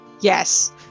yes